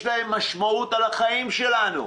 יש להם משמעות על החיים שלנו.